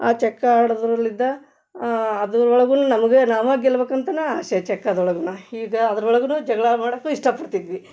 ಆ ಚಕ್ಕ ಆಡೋದರಲ್ಲಿದ್ದ ಅದರ ಒಳಗೂ ನಮಗೆ ನಾವೇ ಗೆಲ್ಬೇಕಂತನೇ ಆಸೆ ಚಕ್ಕದೊಳಗೂ ಹೀಗೆ ಅದ್ರೊಳಗೂ ಜಗಳ ಮಾಡಕ್ಕೂ ಇಷ್ಟಪಡ್ತಿದ್ವಿ